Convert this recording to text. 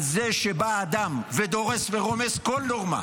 על זה שבא אדם ודורס ורומס כל נורמה,